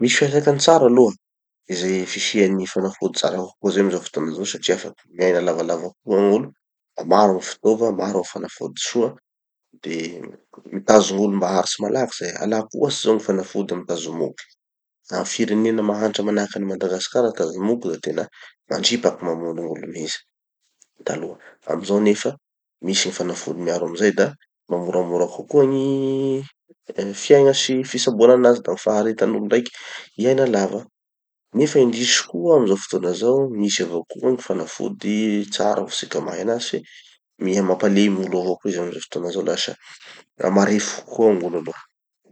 Misy fiatraikany tsara aloha, ze fisian'ny fanafody tsara kokoa zay amizao fotoana zao satria afaky miaina lavalava kokoa gn'olo. Maro gny fitaova, maro gny fanafody soa, de mitazo gn'olo mba haharitsy malaky zay. Alako ohatsy zao gny fanafody amy tazomoky. Amy firenena mahantra manahaky an'i Madagasikara gny tazomoky da tena mandripaky mamono gn'olo mihitsy, taloha. Amizao nefa, misy gny fanafody miaro amizay da, mba moramora kokoa gny fiaigna sy gny fitsaboanan'azy, da gny faharetan'olo raiky hiaina lava. Nefa indrisy koa amizao fotoana zao, misy avao koa gny fanafody tsara ho tsika mahay anazy fe, miha mampalemy olo avao koa izy amizao fotoana zao lasa marefo kokoa gn'olo aloha.